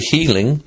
Healing